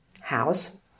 house